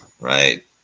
right